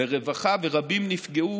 לרווחה, ורבים נפגעו